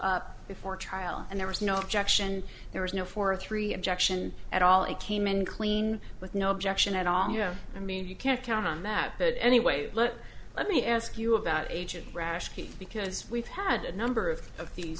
up before trial and there was no objection there was no for three objection at all it came in clean with no objection at all you know i mean you can't count on that but anyway but let me ask you about agent brash because we've had a number of of the